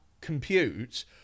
compute